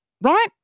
Right